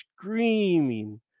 screaming